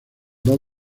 dos